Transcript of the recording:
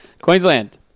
Queensland